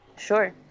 Sure